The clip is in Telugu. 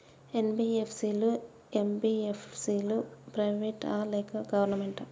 ఎన్.బి.ఎఫ్.సి లు, ఎం.బి.ఎఫ్.సి లు ప్రైవేట్ ఆ లేకపోతే గవర్నమెంటా?